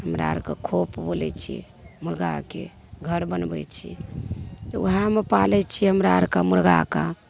हमरा आर कऽ खोप बोलै छियै मुर्गाके घर बनबै छियै तऽ ओहएमे पालै छियै हमरा आर कऽ मुर्गा कऽ